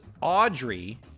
Audrey